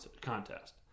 contest